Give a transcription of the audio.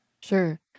Sure